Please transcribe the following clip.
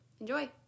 Enjoy